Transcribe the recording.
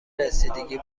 رسیدگی